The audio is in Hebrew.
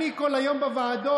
אני כל היום בוועדות,